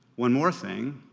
one more thing.